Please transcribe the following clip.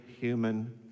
human